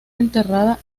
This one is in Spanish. enterrada